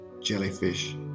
jellyfish